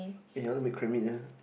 eh I want to make crab meat eh